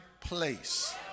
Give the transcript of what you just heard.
place